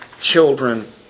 children